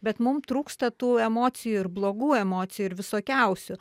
bet mum trūksta tų emocijų ir blogų emocijų ir visokiausių